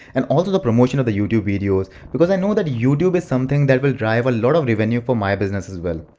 and also the promotion of the youtube videos. because i know that youtube is something that will drive a lot of revenue for my business as well.